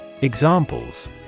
Examples